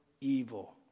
evil